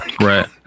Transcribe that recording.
Right